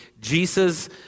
Jesus